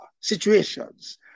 situations